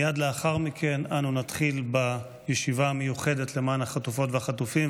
מייד לאחר מכן אנו נתחיל בישיבה המיוחדת למען החטופות והחטופים.